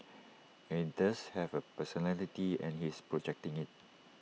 and does have A personality and he is projecting IT